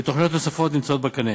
ותוכניות נוספות נמצאות בקנה.